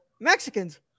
Mexicans